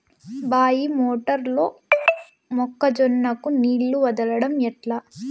బాయి మోటారు లో మొక్క జొన్నకు నీళ్లు వదలడం ఎట్లా?